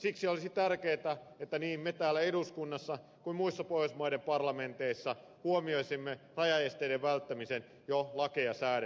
siksi olisi tärkeätä että niin me täällä eduskunnassa kuin muissa pohjoismaiden parlamenteissa huomioisimme rajaesteiden välttämisen jo lakeja säädettäessä